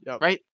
Right